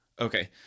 Okay